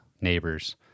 neighbor's